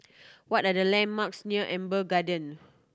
what are the landmarks near Amber Garden